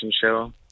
show